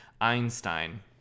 Einstein